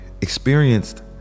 Experienced